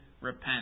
repent